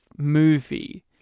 movie